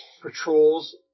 patrols